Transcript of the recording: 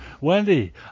Wendy